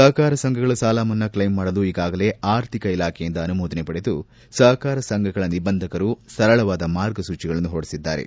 ಸಹಕಾರ ಸಂಘಗಳ ಸಾಲಮನ್ನಾ ಕ್ಷೈಮ್ ಮಾಡಲು ಈಗಾಗಲೇ ಆರ್ಥಿಕ ಇಲಾಖೆಯಿಂದ ಅನುಮೋದನೆ ಪಡೆದು ಸಹಕಾರ ಸಂಘಗಳ ನಿಬಂಧಕರು ಸರಳವಾದ ಮಾರ್ಗಸೂಚಿಗಳನ್ನು ಹೊರಡಿಸಿದ್ದಾರೆ